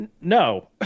no